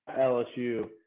LSU